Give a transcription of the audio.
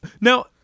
Now